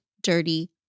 dirty